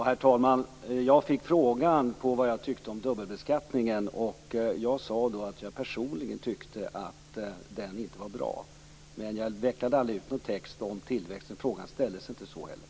Herr talman! Jag fick en fråga om vad jag tyckte om dubbelbeskattning, och jag svarade då att jag personligen tyckte att den inte var bra. Men jag utvecklade inte någonting om tillväxten. Frågan ställdes inte heller så.